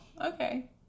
okay